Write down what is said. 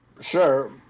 Sure